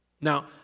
Now